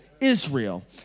Israel